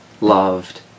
loved